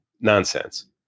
nonsense